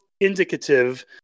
indicative